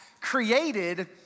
created